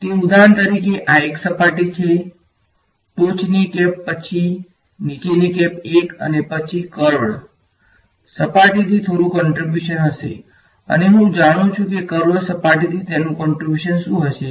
તેથી તે ઉદાહરણ તરીકે આ એક સપાટી છે ટોચની કેપ પછી નીચેની કેપ ૧ અને પછી કર્વડ સપાટીથી થોડુ કંટ્રીબ્યુશન હશે અને હું જાણું છું કે કર્વડ સપાટીથી તેનું કંટ્રીબ્યુશન શું થશે